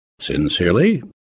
Sincerely